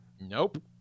Nope